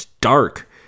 dark